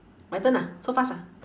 my turn ah so fast ah